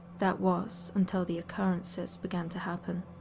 that was until the occurrences began to happen.